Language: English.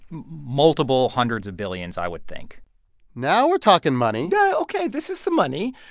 multiple hundreds of billions, i would think now we're talking money yeah, ok. this is some money.